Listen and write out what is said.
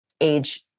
age